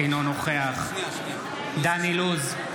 אינו נוכח דן אילוז,